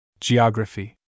Geography